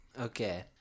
Okay